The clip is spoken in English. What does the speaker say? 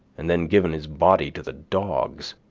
and then given his body to the dogs.